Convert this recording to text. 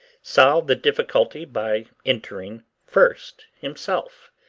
solved the difficulty by entering first himself.